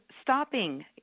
stopping